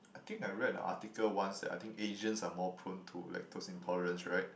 I think I read an article once that I think Asians are more prone to lactose intolerance right